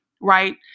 right